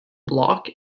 block